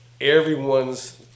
everyone's